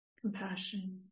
compassion